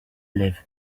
live